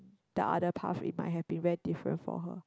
the other path it might have been very different for her